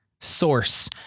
source